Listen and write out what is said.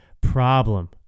problem